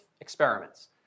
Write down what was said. experiments